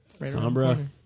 Sombra